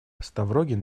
ставрогин